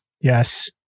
Yes